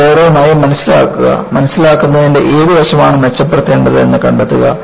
അവ ഓരോന്നായി മനസിലാക്കുക മനസിലാക്കുന്നതിന്റെ ഏത് വശമാണ് മെച്ചപ്പെടുത്തേണ്ടത് എന്ന് കണ്ടെത്തുക